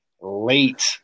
late